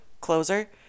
closer